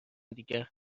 دیگر